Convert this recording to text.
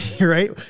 Right